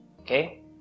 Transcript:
okay